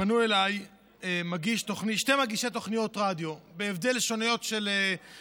פנו אליי שני מגישי תוכניות רדיו בהבדל של חודש,